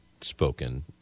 spoken